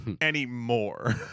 anymore